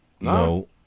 no